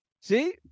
See